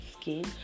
skin